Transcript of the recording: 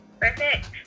Perfect